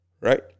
Right